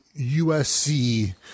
USC